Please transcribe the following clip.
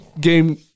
game